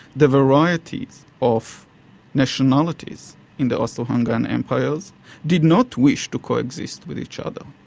the variety of nationalities in the austro-hungarian empires did not wish to coexist with each other.